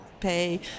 pay